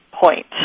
point